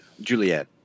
Juliet